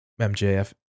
MJF